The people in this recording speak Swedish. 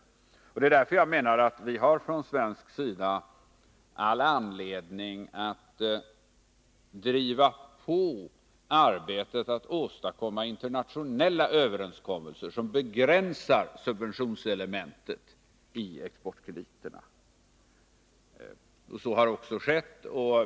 Vi har från svensk sida all anledning att driva på arbetet med att åstadkomma internationella överenskommelser, som begränsar subventionselementet i exportkrediterna. Så har också skett.